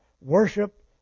worship